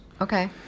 Okay